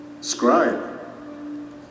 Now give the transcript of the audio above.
Scribe